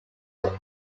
some